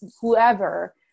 whoever